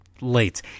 late